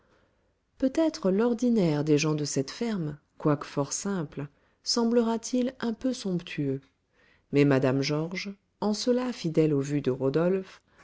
peut-être l'ordinaire des gens de cette ferme quoique fort simple semblera t il un peu somptueux mais mme georges en cela fidèle aux vues de rodolphe